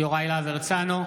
הרצנו,